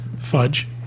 Fudge